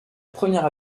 première